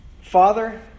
Father